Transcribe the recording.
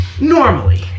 Normally